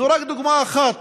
זו רק דוגמה אחת